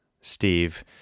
Steve